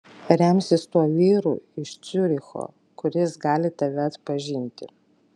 remsis tuo vyru iš ciuricho kuris gali tave atpažinti